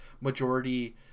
majority